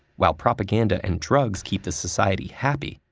while propaganda and drugs keep the society happy,